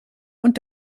und